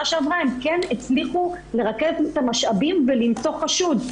שעברה הם הצליחו לרכז משאבים ולמצוא חשוד,